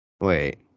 Wait